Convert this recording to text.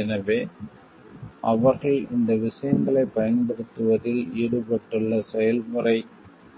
எனவே அவர்கள் இந்த விஷயங்களைப் பயன்படுத்துவதில் ஈடுபட்டுள்ள செயல்முறை